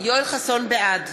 בעד